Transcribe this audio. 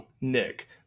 Nick